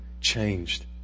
changed